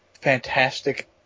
fantastic